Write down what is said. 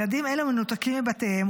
ילדים אלה מנותקים מבתיהם,